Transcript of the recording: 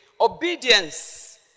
Obedience